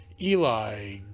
Eli